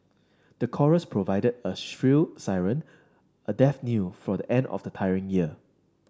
the chorus provided a shrill siren a death knell for the end of a tiring year